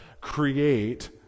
create